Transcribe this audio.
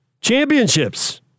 championships